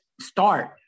start